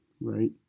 right